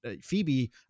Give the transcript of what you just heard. Phoebe